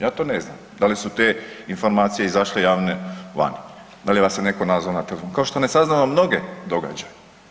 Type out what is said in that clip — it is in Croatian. Ja to ne znam da li su te informacije izašle javne vani, da li vas je netko nazvao na telefon, kao što ne saznamo mnoge događaje.